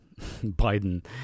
Biden